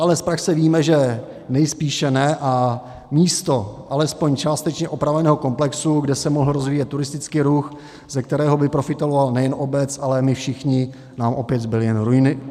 Ale z praxe víme, že nejspíše ne, a místo alespoň částečně opraveného komplexu, kde se mohl rozvíjet turistický ruch, ze kterého by profitovala nejen obec, ale my všichni, nám opět zbyly jen ruiny.